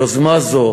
אבל יוזמה זו